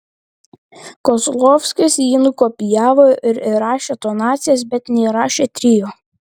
kozlovskis jį nukopijavo ir įrašė tonacijas bet neįrašė trio